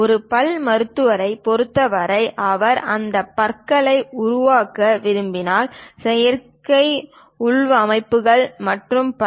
ஒரு பல் மருத்துவரைப் பொறுத்தவரை அவர் இந்த பற்களை உருவாக்க விரும்பினால் செயற்கை உள்வைப்புகள் மற்றும் பல